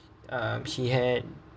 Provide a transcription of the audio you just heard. um he had